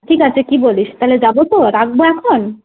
ঠিক আছে কি বলিস তাহলে যাব তো রাখব এখন